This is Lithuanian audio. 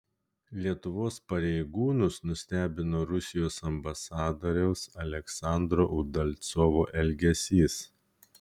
lietuvos pareigūnus nustebino rusijos ambasadoriaus aleksandro udalcovo elgesys